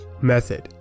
...method